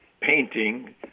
painting